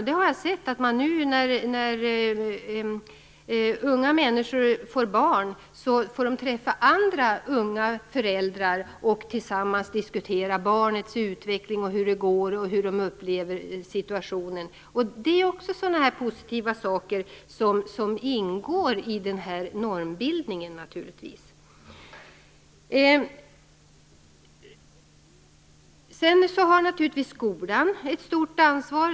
Jag har sett att nu när unga människor får barn får de träffa andra unga föräldrar för att tillsammans diskutera barnets utveckling, hur det går och hur de upplever situationen. Det är också sådana här positiva saker som ingår i normbildningen. Skolan har naturligtvis också ett stort ansvar.